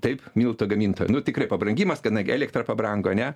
taip miltų gamintojo nu tikrai pabrangimas kadangi elektra pabrango ane